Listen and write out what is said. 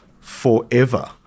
forever